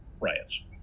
riots